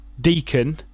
deacon